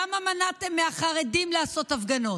למה מנעתם מהחרדים לעשות הפגנות?